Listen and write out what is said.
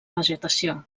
vegetació